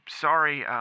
sorry